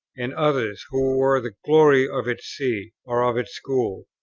and others, who were the glory of its see, or of its school.